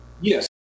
Yes